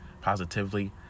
positively